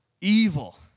evil